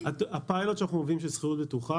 הפיילוט שאנחנו עושים של שכירות בטוחה